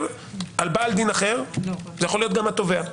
"בעל דין אחר" זה יכול להיות גם התובע.